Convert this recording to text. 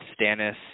Stannis